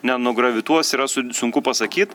nenugravituos yra sun sunku pasakyt